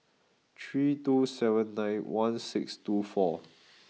three two seven nine one six two four